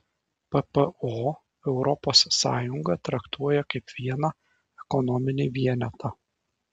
ppo europos sąjungą traktuoja kaip vieną ekonominį vienetą